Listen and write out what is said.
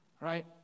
right